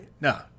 No